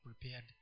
prepared